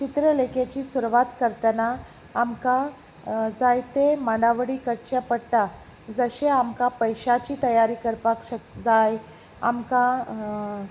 चित्रलेखेची सुरवात करतना आमकां जायते मांडावळी करचें पडटा जशें आमकां पयशांची तयारी करपाक शक जाय आमकां